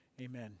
Amen